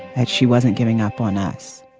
and she wasn't giving up on us